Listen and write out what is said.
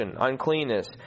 uncleanness